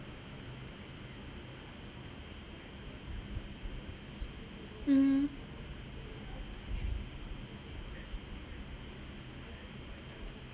mmhmm